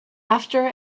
after